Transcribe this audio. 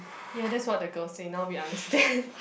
ya that's what the girl say now we understand